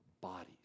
bodies